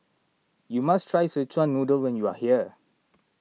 you must try Sechuan Noodle when you are here